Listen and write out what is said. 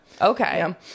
Okay